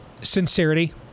sincerity